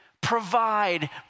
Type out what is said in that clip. provide